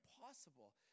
impossible